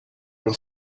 been